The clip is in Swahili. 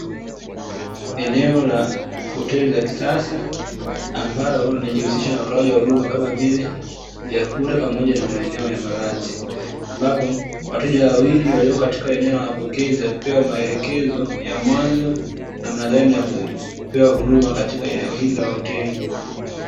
Eneo la hoteli ya kisasa ambalo linajihusisha na utoaji wa huduma kama vile vyakula pamoja na maeneo ya malazi, ambapo wateja wawili walio katika eneo la mapokezi wakipewa maelekezo ya mwanzo, namna gani ya kupewa huduma katika eneo hili la hoteli.